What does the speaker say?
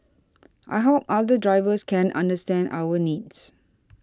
I hope other drivers can understand our needs